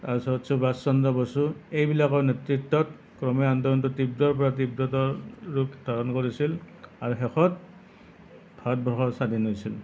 তাৰপাছত সুভাষ চন্দ্ৰ বসু এইবিলাকৰ নেতৃত্বত ক্ৰমে আন্দেলনটোৱে তীব্ৰৰ পৰা তীব্ৰতৰ ৰূপ ধাৰণ কৰিছিল আৰু শেষত ভাৰতবৰ্ষ স্বাধীন হৈছিল